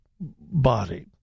body